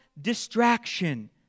distraction